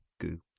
goo